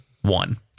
One